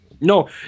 No